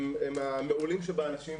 הם המעולים שבאנשים.